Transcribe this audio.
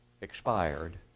expired